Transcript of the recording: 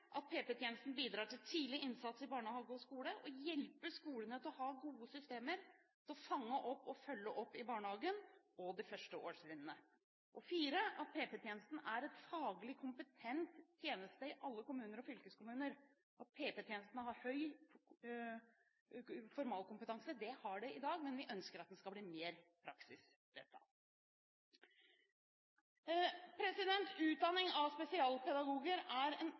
til tidlig innsats i barnehage og skole og hjelpe skolene til å ha gode systemer for å fange opp og følge opp i barnehagen og de første årstrinnene. PP-tjenesten skal være en faglig kompetent tjeneste i alle kommuner og fylkeskommuner. PP-tjenesten har høy formalkompetanse i dag, men vi ønsker at den skal bli mer praksisrettet. Utdanning av spesialpedagoger er en